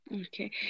Okay